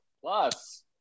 Plus